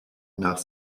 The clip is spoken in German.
nach